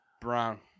Brown